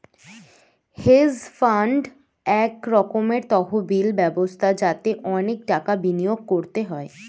hedge fund এক রকমের তহবিল ব্যবস্থা যাতে অনেক টাকা বিনিয়োগ করতে হয়